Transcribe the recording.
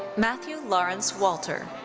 matthew lawrence walter.